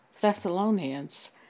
Thessalonians